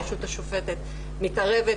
הרשות השופטת מתערבת,